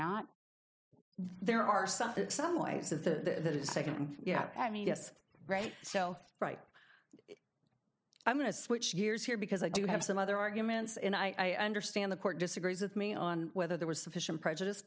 not there are some some ways of the second yeah i mean yes right so right i'm going to switch gears here because i do have some other arguments and i understand the court disagrees with me on whether there was sufficient prejudice